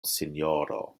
sinjoro